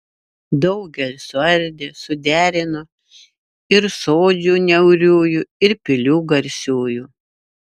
daugel suardė suderino ir sodžių niauriųjų ir pilių garsiųjų